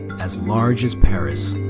as large as paris.